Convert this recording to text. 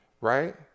right